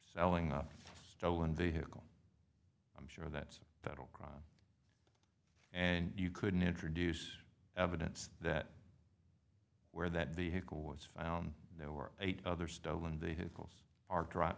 selling up stolen vehicle i'm sure that's federal crime and you couldn't introduce evidence that where that vehicle was found there were eight other stolen vehicles ar